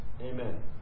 Amen